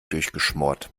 durchgeschmort